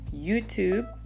YouTube